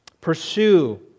Pursue